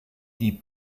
die